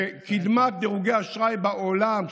בקדמת דירוגי האשראי בעולם,